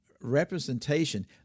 representation